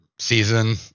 season